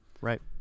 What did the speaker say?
right